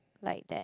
like that